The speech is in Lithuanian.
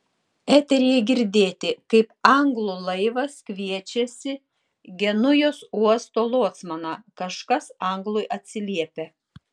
eteryje girdėti kaip anglų laivas kviečiasi genujos uosto locmaną kažkas anglui atsiliepia